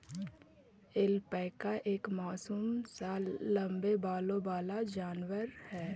alpaca एक मासूम सा लम्बे बालों वाला जानवर है